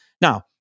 Now